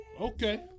Okay